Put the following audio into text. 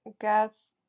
gas